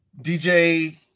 DJ –